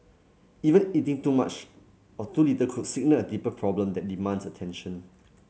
even eating too much or too little could signal a deeper problem that demands attention